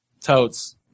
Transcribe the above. Toads